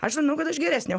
aš žinau kad aš geresnė